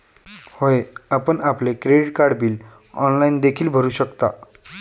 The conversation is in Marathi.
होय, आपण आपले क्रेडिट कार्ड बिल ऑनलाइन देखील भरू शकता